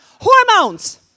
Hormones